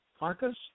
Marcus